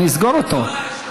אני אסגור אותו.